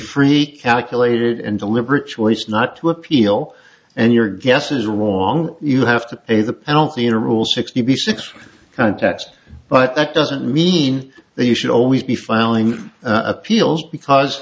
free calculated and deliberate choice not to appeal and your guesses are wrong you have to pay the penalty in a rule sixty six contest but that doesn't mean that you should always be filing appeals because